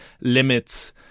limits